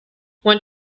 want